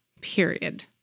Period